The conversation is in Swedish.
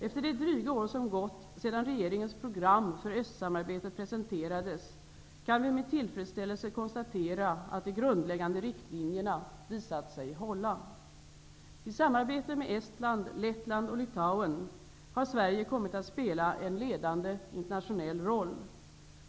Efter det dryga år som gått sedan regeringens program för östsamarbetet presenterades kan vi med tillfredsställelse konstatera att de grundläggande riktlinjerna visat sig hålla. I samarbetet med Estland, Lettland och Litauen har Sverige kommit att spela en ledande internationell roll.